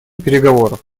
переговоров